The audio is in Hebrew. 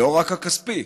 לא רק הכספי,